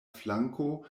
flanko